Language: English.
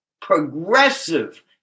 progressive